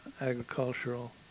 agricultural